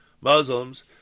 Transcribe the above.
Muslims